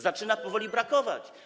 Zaczyna powoli brakować.